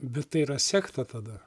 bet tai yra sekta tada